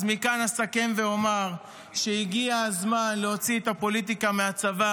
אז מכאן אסכם ואומר שהגיע הזמן להוציא את הפוליטיקה מהצבא